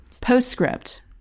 Postscript